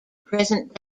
present